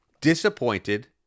Disappointed